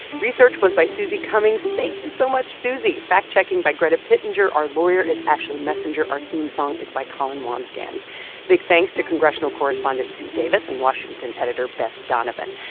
research was by susie cummings. thank you so much, susie. fact-checking by greta pittenger. our lawyer is ashley messenger. our theme song is by colin wambsgans big thanks to congressional correspondent sue davis and washington editor beth donovan.